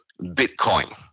Bitcoin